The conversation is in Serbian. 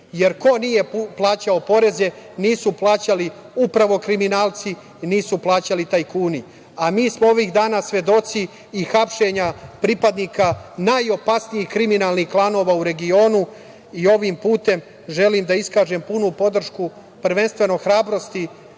Jer ko nije plaćao poreze? Nisu plaćali upravo kriminalci, nisu plaćali tajkuni. Mi smo ovih dana svedoci hapšenja pripadnika najopasnijih kriminalnih klanova u regionu. Ovim putem želim da iskažem punu podršku, prvenstveno hrabrosti